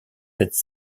cette